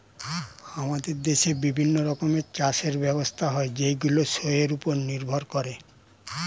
আমাদের দেশে বিভিন্ন রকমের চাষের ব্যবস্থা হয় যেইগুলো শোয়ের উপর নির্ভর করে